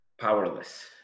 powerless